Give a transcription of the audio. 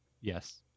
Yes